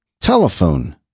telephone